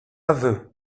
aveu